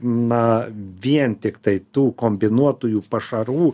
na vien tiktai tų kombinuotųjų pašarų